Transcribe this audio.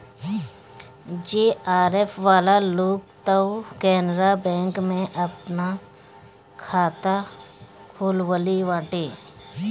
JRF वाला लोग तअ केनरा बैंक में आपन खाता खोलववले बाटे